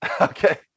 Okay